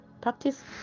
practice